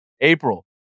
April